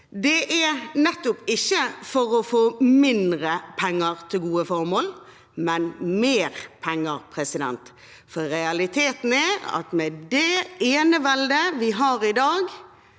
Det er ikke for å få mindre penger til gode formål, men mer penger. Realiteten er at med det eneveldet vi har i dag,